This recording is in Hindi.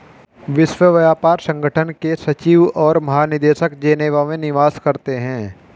विश्व व्यापार संगठन के सचिव और महानिदेशक जेनेवा में निवास करते हैं